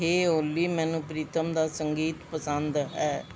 ਹੇ Ollie ਮੈਨੂੰ ਪ੍ਰੀਤਮ ਦਾ ਸੰਗੀਤ ਪਸੰਦ ਹੈ